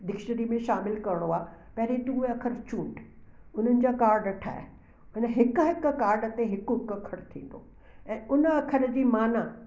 dictionary में शामिलु करिणो आहे पहिरीं तूं उहे अखर चूंड उन्हनि जा काड ठाहे हिन हिक हिक काड ते हिकु हिकु अखर थींदो ऐं हुन अखर जी माना